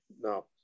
No